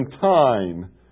time